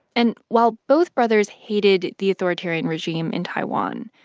and while both brothers hated the authoritarian regime in taiwan,